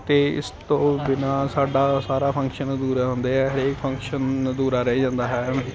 ਅਤੇ ਇਸ ਤੋਂ ਬਿਨਾਂ ਸਾਡਾ ਸਾਰਾ ਫੰਕਸ਼ਨ ਅਧੂਰਾ ਹੁੰਦੇ ਆ ਹਰੇਕ ਫੰਕਸ਼ਨ ਅਧੂਰਾ ਰਹਿ ਜਾਂਦਾ ਹੈ